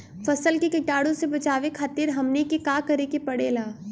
फसल के कीटाणु से बचावे खातिर हमनी के का करे के पड़ेला?